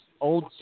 old